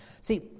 See